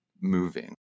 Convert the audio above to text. moving